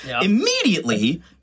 immediately